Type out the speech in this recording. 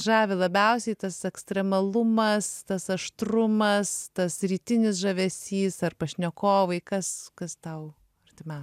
žavi labiausiai tas ekstremalumas tas aštrumas tas rytinis žavesys ar pašnekovai kas kas tau artimiausia